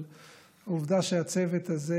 אבל העובדה שהצוות הזה